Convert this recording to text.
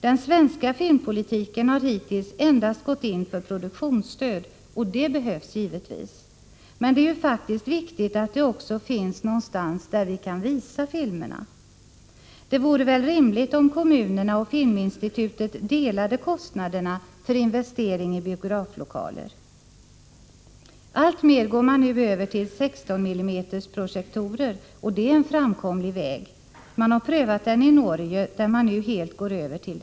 Den svenska filmpolitiken har hittills endast innefattat produktionsstöd, och det behövs givetvis. Men det är faktiskt viktigt att det också finns plats att visa filmerna. Det vore väl rimligt om kommunerna och Filminstitutet delade kostnaderna för investering i biograflokaler. Man går nu alltmer över till 16 mm-projektorer, och det är en framkomlig väg. Den har prövats i Norge, där sådana projektorer nu används överallt.